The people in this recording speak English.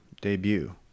debut